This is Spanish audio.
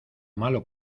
malo